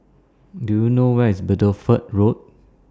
Do YOU know Where IS Bideford Road